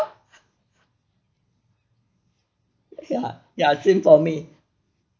ya ya same for me